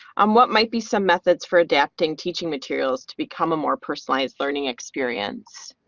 on what might be some methods for adapting teaching materials to become a more personalized learning experience?